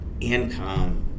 income